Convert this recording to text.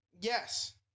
Yes